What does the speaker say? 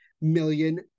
million